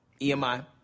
EMI